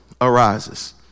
arises